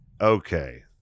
okay